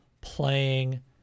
playing